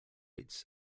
its